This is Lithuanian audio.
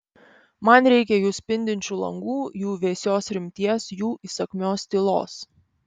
man reikia jų spindinčių langų jų vėsios rimties jų įsakmios tylos